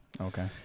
okay